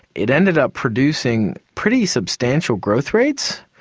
it ended up producing pretty substantial growth rates,